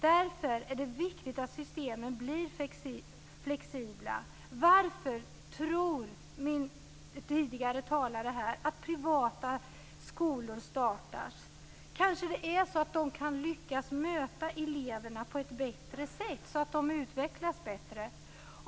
Därför är det viktigt att systemen blir flexibla. Varför tror tidigare talare här att privata skolor startas? Kanske de kan lyckas möta eleverna på ett bättre sätt, så att de utvecklas bättre.